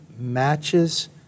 matches